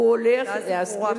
הוא הולך, הנקודה הזאת ברורה כבר.